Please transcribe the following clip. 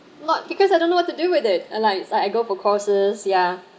not because I don't know what to do with it and like like I go for courses yeah